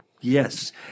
Yes